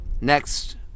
Next